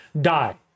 die